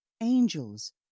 angels